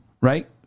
right